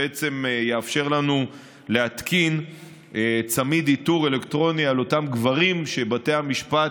שבעצם יאפשר לנו להתקין צמיד איתור אלקטרוני על אותם גברים שבתי המשפט,